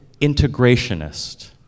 integrationist